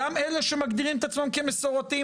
גם אלה שמגדירים את עצמם כמסורתיים,